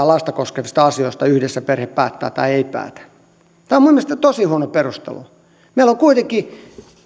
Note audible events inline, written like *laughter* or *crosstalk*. *unintelligible* lasta koskevista asioista yhdessä perhe päättää tai ei päätä tämä on minun mielestäni tosi huono perustelu meillä kuitenkin